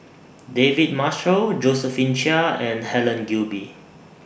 David Marshall Josephine Chia and Helen Gilbey